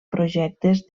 projectes